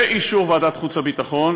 ואישור ועדת חוץ והביטחון,